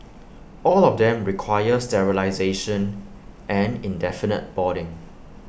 all of them require sterilisation and indefinite boarding